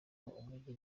umugi